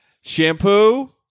Shampoo